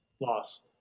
Loss